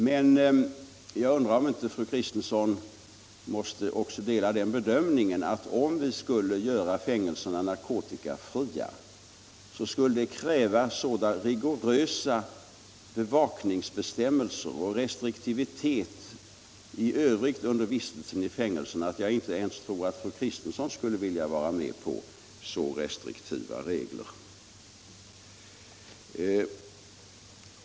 Men jag undrar om inte fru Kristensson också måste dela den uppfattningen att om vi skulle göra fängelserna narkotikafria, skulle det kräva sådana rigorösa bevakningsbestämmelser och sådan restriktivitet i övrigt under vistelsen i fängelserna, att jag inte tror att ens fru Kristensson skulle kunna gå med på så restriktiva regler.